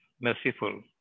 merciful